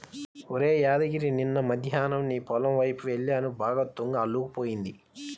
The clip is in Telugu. ఒరేయ్ యాదగిరి నిన్న మద్దేన్నం నీ పొలం వైపు యెల్లాను బాగా తుంగ అల్లుకుపోయింది